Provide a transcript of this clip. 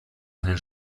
einen